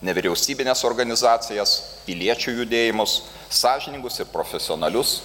nevyriausybines organizacijas piliečių judėjimus sąžiningus ir profesionalius